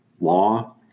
law